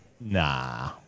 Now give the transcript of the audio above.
nah